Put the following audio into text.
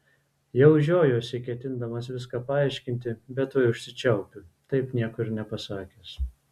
jau žiojuosi ketindamas viską paaiškinti bet tuoj užsičiaupiu taip nieko ir nepasakęs